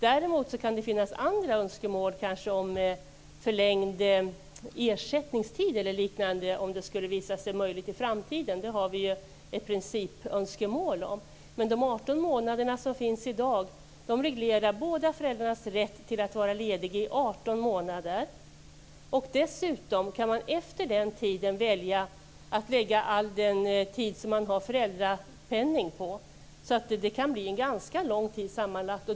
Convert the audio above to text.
Däremot kan det finnas andra önskemål om förlängd ersättningstid eller liknande om det skulle visa sig möjligt i framtiden. Det har vi ett principönskemål om. De bestämmelser som finns i dag reglerar båda föräldrarnas rätt att vara ledig i 18 månader. Dessutom kan man efter den tiden välja att lägga all den tid man har föräldrapenning. Det kan bli en ganska lång tid sammanlagt.